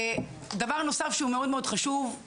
דבר נוסף שהוא מאוד חשוב.